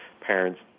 parents